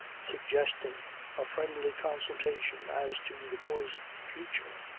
suggesting a friendly consultation as to the boy's future,